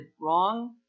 wrong